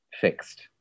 fixed